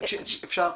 תקשיבי,